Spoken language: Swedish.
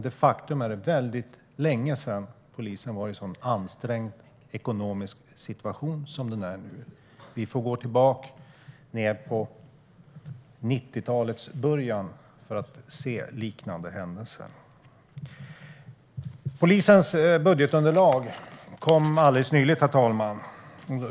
De facto är det länge sedan polisen var i en sådan ansträngd ekonomisk situation som den är i nu. Vi får gå tillbaka till 90-talets början för att se liknande händelser. Polisens budgetunderlag kom alldeles nyligen, herr talman.